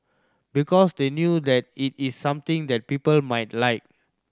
because they know that it is something that people might like